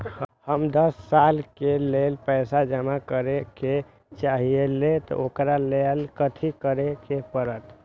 हम दस साल के लेल पैसा जमा करे के चाहईले, ओकरा ला कथि करे के परत?